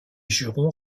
jurons